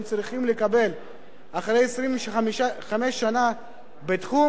שהם צריכים לקבל אחרי 25 שנה בתחום,